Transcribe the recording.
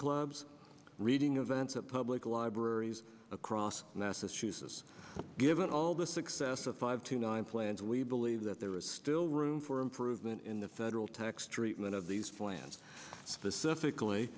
clubs reading events at public libraries across massachusetts given all the success of five to nine plans and we believe that there is still room for improvement in the federal tax treatment of these plans specifically